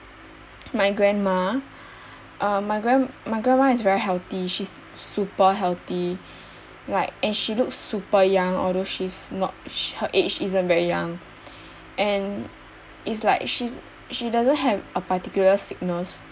my grandma uh my grand~ my grandma is very healthy she's super healthy like and she looks super young although she's not her age isn't very young and it's like she's she doesn't have a particular sickness